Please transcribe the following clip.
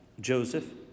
Joseph